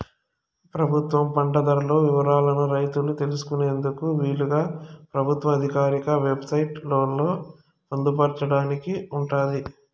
ప్రభుత్వం పంట ధరల వివరాలను రైతులు తెలుసుకునేందుకు వీలుగా ప్రభుత్వ ఆధికారిక వెబ్ సైట్ లలో పొందుపరచబడి ఉంటాది